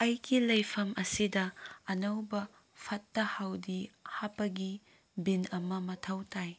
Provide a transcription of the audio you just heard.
ꯑꯩꯒꯤ ꯂꯩꯐꯝ ꯑꯁꯤꯗ ꯑꯅꯧꯕ ꯐꯠꯇ ꯍꯥꯎꯊꯤ ꯍꯥꯞꯄꯒꯤ ꯕꯤꯟ ꯑꯃ ꯃꯊꯧ ꯇꯥꯏ